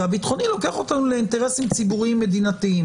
כי הביטחוני לוקח אותנו לאינטרסים ציבוריים מדינתיים,